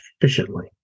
efficiently